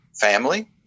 family